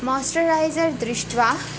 moisturiser दृष्ट्वा